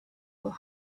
were